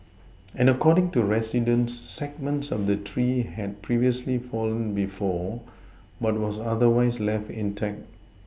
and according to residents segments of the tree had previously fallen before but was otherwise left intact